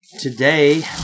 today